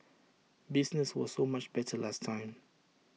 business was so much better last time